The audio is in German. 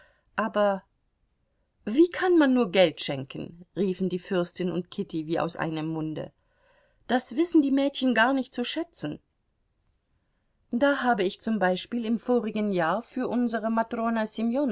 aber wie kann man nur geld schenken riefen die fürstin und kitty wie aus einem munde das wissen die mädchen gar nicht zu schätzen da habe ich zum beispiel im vorigen jahr für unsere matrona